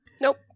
Nope